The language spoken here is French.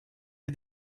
est